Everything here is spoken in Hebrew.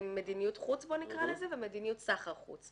מדיניות חוץ ומדיניות סחר חוץ.